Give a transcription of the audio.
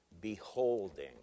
beholding